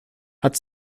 hat